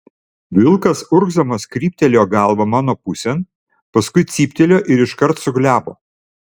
vilkas urgzdamas kryptelėjo galvą mano pusėn paskui cyptelėjo ir iškart suglebo